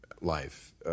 life